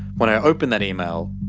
when i opened that email,